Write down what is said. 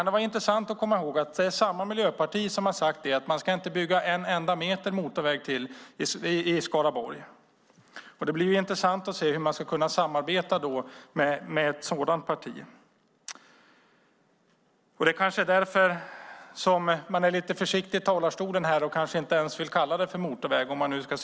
Det är samma miljöparti som har sagt att det inte ska byggas en enda meter motorväg till i Skaraborg. Det blir intressant att se hur man ska kunna samarbeta med ett sådant parti. Det är kanske därför man är lite försiktig i talarstolen här och inte vill kalla det motorväg.